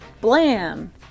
Blam